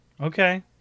Okay